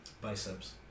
Biceps